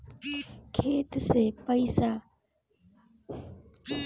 खाता से पैसा ट्रासर्फर न होई त का करे के पड़ी?